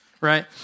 right